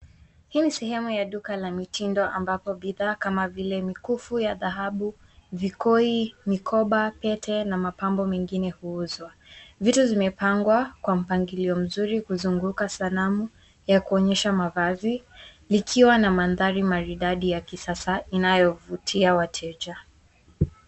Huu ni sehemu ya duka la mitindo ambapo bidhaa kama vile mikufu ya dhahabu, vikoi, mikoba, pete na mapambo mengine huuzwa. Vitu zimepangwa kwa mpangilio mzuri kuzunguka sanamu ya kuonesha mavazi likiwa na mandhari maridadi ya kisasa inayovutia wateja.